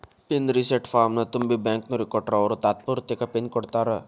pin reset ಫಾರ್ಮ್ನ ತುಂಬಿ ಬ್ಯಾಂಕ್ನೋರಿಗ್ ಕೊಟ್ರ ಅವ್ರು ತಾತ್ಪೂರ್ತೆಕ ಪಿನ್ ಕೊಡ್ತಾರಾ